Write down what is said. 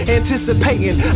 anticipating